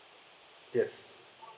yes